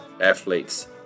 athletes